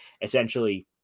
essentially